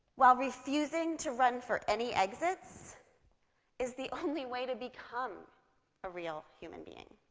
while refusing to run for any exits is the only way to become a real human being.